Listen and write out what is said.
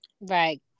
right